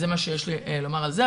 זה מה שיש לי לומר על זה.